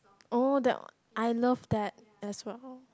oh that I love that as well